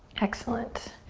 excellent.